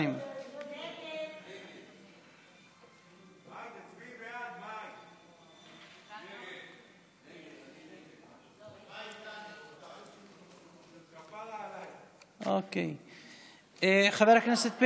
2. ההסתייגות (2) של חבר הכנסת מיקי לוי אחרי סעיף 3 לא נתקבלה.